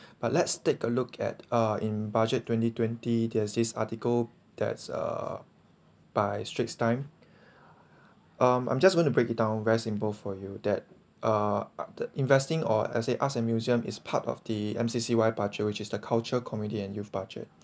but let's take a look at uh in budget twenty twenty there's this article that's uh by straits-time um I'm just gonna break it down very simple for you that uh a~ t~ investing or as say art and museum is part of the M_C_C_Y budget which is the culture community and youth budget